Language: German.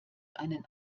einen